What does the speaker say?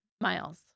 miles